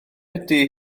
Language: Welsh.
ydy